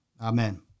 Amen